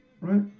Right